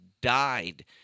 died